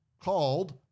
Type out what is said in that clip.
called